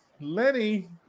Lenny